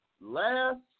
Last